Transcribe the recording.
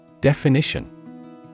Definition